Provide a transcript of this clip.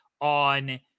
on